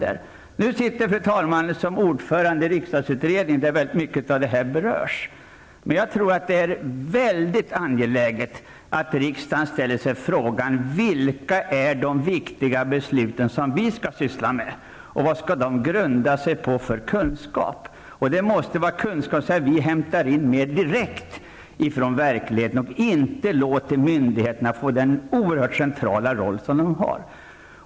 Fru talmannen sitter som ordförande i riksdagsutredningen där många av dessa frågor berörs. Jag tycker att det är angeläget att riksdagen ställer sig frågan vilka de viktiga besluten är som riksdagen skall syssla med. Vad skall de besluten grunda sig på för kunskap? Det måste vara kunskap som hämtas mer direkt från verkligheten, i stället för att låta myndigheterna få den oerhört centrala roll de har.